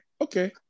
okay